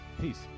Peace